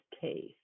case